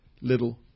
little